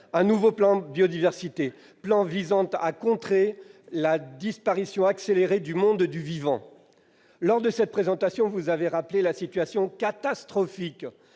un nouveau plan pour la biodiversité, visant à contrer l'appauvrissement accéléré du monde du vivant. Lors de cette présentation, vous avez rappelé la situation catastrophique